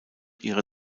ihre